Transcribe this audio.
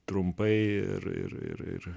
trumpai ir ir ir